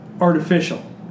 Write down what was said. artificial